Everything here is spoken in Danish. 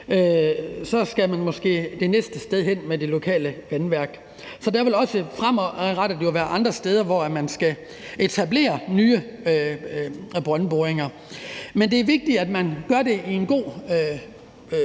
skal man måske bagefter hen til et andet sted med det lokale vandværk. Så der vil også fremadrettet være andre steder, hvor man skal etablere nye brøndboringer. Men det er vigtigt, at man gør det i et godt